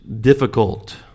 difficult